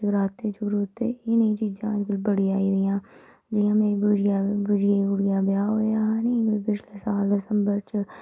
जगराते जगरुते एह् नेहियां चीज़ां अज्जकल बड़ियां आई गेदियां जियां मेरी बूजी दा बूजी दी कुड़ी दा ब्याह् होएया ही ना पिछले साल दसंबर च